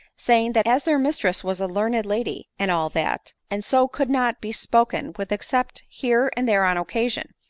saying, that as their mistress was a learned lady, and all that, and so could not be spoken with except here and there on occasion,